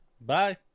bye